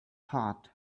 heart